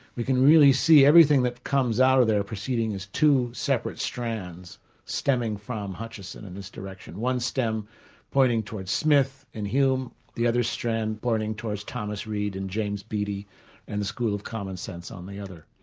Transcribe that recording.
you can really see everything that comes out there proceeding as two separate strands stemming from hutcheson in this direction. one stem pointing towards smith and hume, the other strand pointing towards thomas reid and james beatty and the school of commonsense on the other.